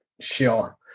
sure